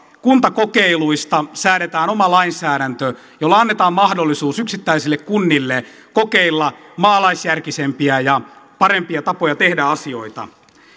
kuntakokeiluista säädetään oma lainsäädäntö jolla annetaan mahdollisuus yksittäisille kunnille kokeilla maalaisjärkisempiä ja parempia tapoja tehdä asioita